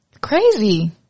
Crazy